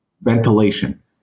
Ventilation